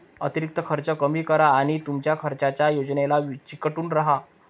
अतिरिक्त खर्च कमी करा आणि तुमच्या खर्चाच्या योजनेला चिकटून राहा